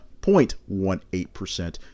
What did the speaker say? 0.18%